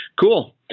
Cool